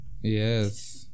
Yes